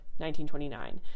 1929